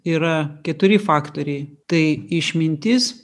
yra keturi faktoriai tai išmintis